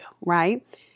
right